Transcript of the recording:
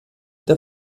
der